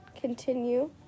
continue